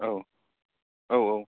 औ औ औ